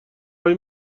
های